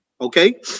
Okay